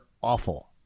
awful